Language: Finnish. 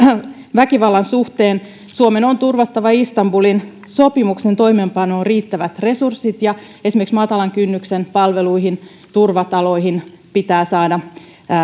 väkivallan suhteen suomen on turvattava istanbulin sopimuksen toimeenpanoon riittävät resurssit ja esimerkiksi matalan kynnyksen palveluihin ja turvataloihin pitää